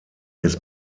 his